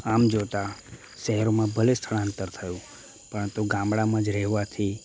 આમ જોતાં શહેરોમાં ભલે સ્થળાંતર થયું પરંતુ ગામડામાં જ રહેવાથી